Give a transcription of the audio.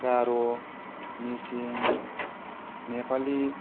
गार' मिसिं नेपालि